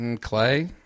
Clay